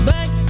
Back